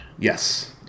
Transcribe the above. Yes